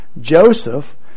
Joseph